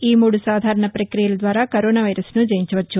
ఈ మూడు సాధారణ పక్రియల ద్వారా కరోనా వైరస్ను జయించవచ్చు